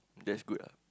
that's good ah